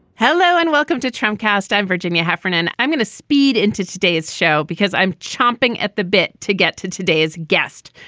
hello and welcome to charmcaster in virginia heffernan. i'm going to speed into today's show because i'm chomping at the bit to get to today's guest,